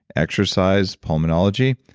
exercise, pulmonology,